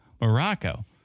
Morocco